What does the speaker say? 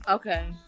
okay